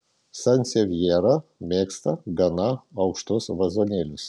sansevjera mėgsta gana aukštus vazonėlius